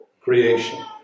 creation